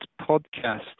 podcast